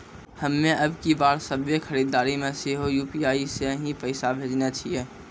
हम्मे अबकी बार सभ्भे खरीदारी मे सेहो यू.पी.आई से ही पैसा भेजने छियै